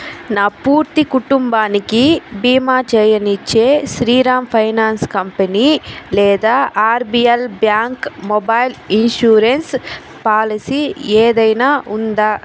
నా పూర్తి కుటుంబానికి బీమా చేయనిచ్చే శ్రీరామ్ ఫైనాన్స్ కంపెనీ లేదా RBL bank mobile insurance policy ఏదైనా ఉందా